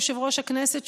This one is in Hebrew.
יושב-ראש הכנסת,